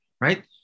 right